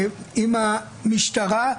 עם המשטרה,